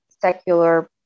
secular